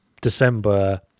December